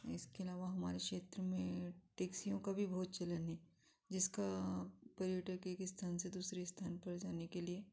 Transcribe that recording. इसके अलावा हमारे क्षेत्र में टैक्सियों का भी बहुत चलन है जिसका पर्यटक एक स्थान से दूसरे स्थान पर जाने के लिए